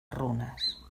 runes